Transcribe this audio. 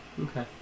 Okay